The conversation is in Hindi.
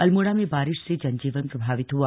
अल्मोड़ा में बारिश से जनजीवन प्रभावित हुआ